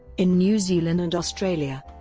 in new zealand and australia